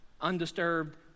undisturbed